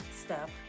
Step